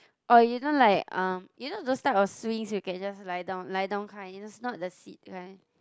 or you know like um you know those type of swings you can just lie down lie down kind it's not the sit kind